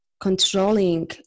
controlling